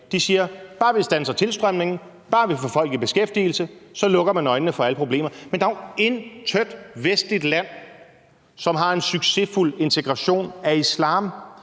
De siger: Bare vi standser tilstrømningen og bare vi får folk i beskæftigelse, ... Og så lukker de øjnene for alle problemerne. Men der er jo intet vestligt land, som har en succesfuld integration af islam,